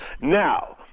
Now